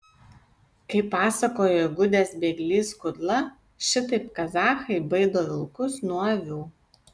kaip pasakojo įgudęs bėglys kudla šitaip kazachai baido vilkus nuo avių